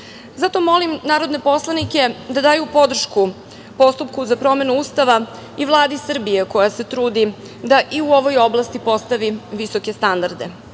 molim narodne poslanike da daju podršku postupku za promenu Ustava i Vladi Srbije, koja se trudi da i u ovoj oblasti postavi visoke standarde.U